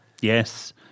Yes